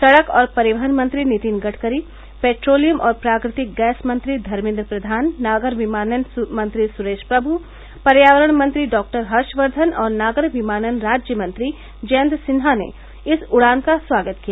सड़क और परिवहन मंत्री नितिन गडकरी पैट्रोलियम और प्राकृतिक गैस मंत्री धर्मेन्द्र प्रधान नागर विमानन मंत्री सुरेश प्रषु पर्यावरण मंत्री डॉक्टर हर्षवर्धन और नागर विमानन राज्य मंत्री जयन्त सिन्हा ने इस उड़ान का स्वागत किया